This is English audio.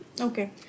Okay